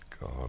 God